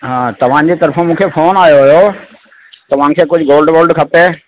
हा तव्हांजे तरफ़ो मूंखे फ़ोन आयो हुयो तव्हांखे कोई गोल्ड वोल्ड खपे